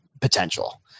potential